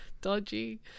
dodgy